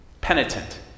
Penitent